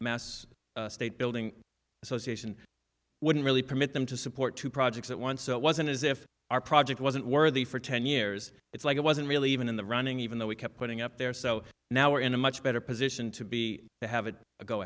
mass state building association wouldn't really permit them to support two projects at once so it wasn't as if our project wasn't worthy for ten years it's like i wasn't really even in the running even though we kept putting up there so now we're in a much better position to be